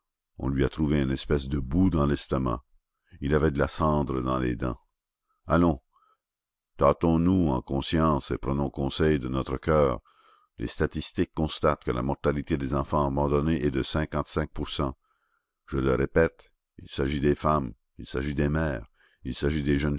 on lui a trouvé une espèce de boue dans l'estomac il avait de la cendre dans les dents allons tâtons nous en conscience et prenons conseil de notre coeur les statistiques constatent que la mortalité des enfants abandonnés est de cinquante-cinq pour cent je le répète il s'agit des femmes il s'agit des mères il s'agit des jeunes